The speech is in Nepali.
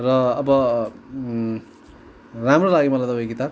र अब राम्रो लाग्यो मलाई तपाईँको किताब